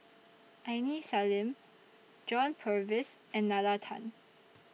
Aini Salim John Purvis and Nalla Tan